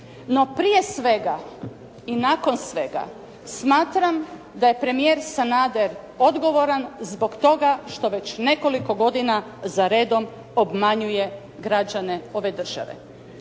No prije svega i nakon svega smatram da je premijer Sanader odgovoran zbog toga što već nekoliko godina za redom obmanjuje građane ove države.